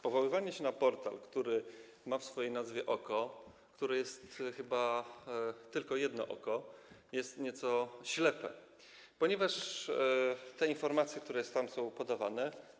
Powoływanie się na portal, który ma w swojej nazwie „oko”, które jest chyba tylko jedno, jest nieco ślepe, ponieważ te informacje, które tam są podawane.